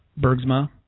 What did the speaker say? Bergsma